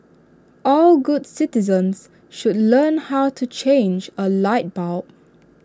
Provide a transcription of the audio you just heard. all good citizens should learn how to change A light bulb